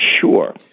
sure